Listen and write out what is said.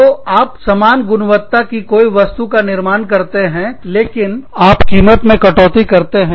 तो आप समान गुणवत्ता की कोई वस्तु का निर्माण करते हैं लेकिन आप कीमत कटौती करते हैं